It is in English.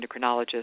endocrinologist